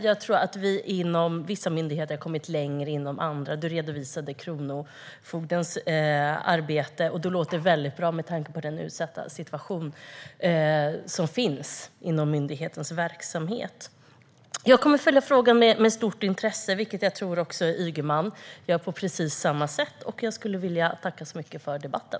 Jag tror att vi har kommit längre inom vissa myndigheter än inom andra; du redovisade kronofogdens arbete, och det låter väldigt bra med tanke på den utsatta situation som finns inom myndighetens verksamhet. Jag kommer att följa frågan med stort intresse, och jag tror att du gör på precis samma sätt. Jag vill tacka så mycket för debatten.